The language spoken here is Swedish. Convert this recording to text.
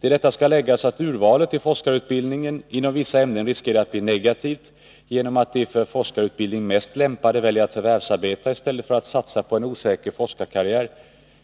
Till detta skall läggas att urvalet till forskarutbildning inom vissa ämnen riskerar att bli negativt genom att de för forskarutbildning mest lämpade väljer att förvärvsarbeta i stället för att satsa på en osäker forskningskarriär,